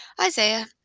Isaiah